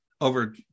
over